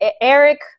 Eric